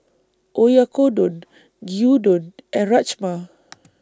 Oyakodon Gyudon and Rajma